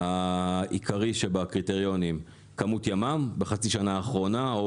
העקרי שבקריטריונים כמות ימ"מ בחצי השנה האחרונה או